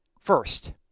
First